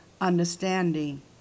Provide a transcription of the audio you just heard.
understanding